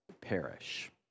perish